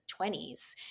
20s